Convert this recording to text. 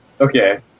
okay